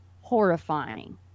horrifying